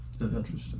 interesting